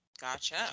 Gotcha